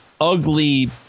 ugly